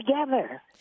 together